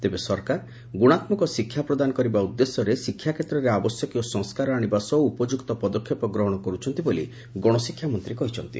ତେବେ ସରକାର ଗୁଶାତ୍କକ ଶିକ୍ଷା ପ୍ରଦାନ କରିବା ଉଦ୍ଦେଶ୍ୟରେ ଶିକ୍ଷାକ୍ଷେତ୍ରରେ ଆବଶ୍ୟକୀୟ ସଂସ୍କାର ଆଶିବା ସହ ଉପଯୁକ୍ତ ପଦକ୍ଷେପ ଗ୍ରହଶ କରୁଛନ୍ତି ବୋଲି ଗଣଶିକ୍ଷାମନ୍ତୀ କହିଛନ୍ତି